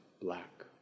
black